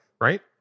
right